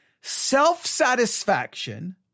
Self-satisfaction